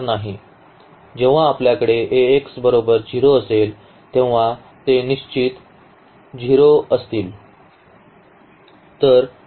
जेव्हा आपल्याकडे Ax बरोबर 0 असेल तेव्हा ते निश्चितच 0 असतील